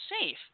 safe